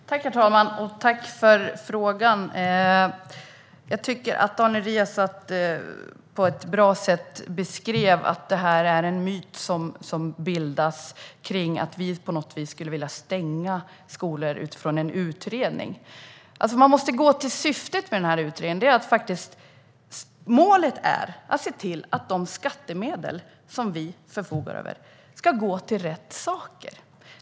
Herr talman! Tack, Camilla Waltersson Grönvall, för frågan! Jag tycker att Daniel Riazat på ett bra sätt beskrev att detta är en myt som bildats om att vi utifrån en utredning skulle vilja stänga skolor. Man måste se till syftet med utredningen. Målet är att se till att de skattemedel som vi förfogar över ska gå till rätt saker.